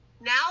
Now